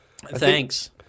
Thanks